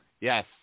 Yes